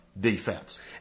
defense